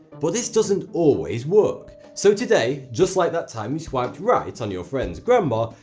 but this doesn't always work. so today, just like that time you swiped right on your friend's grandma,